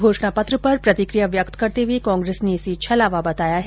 घोषणा पत्र पर प्रतिक्रिया व्यक्त करते हुए कांग्रेस ने इसे छलावा बताया है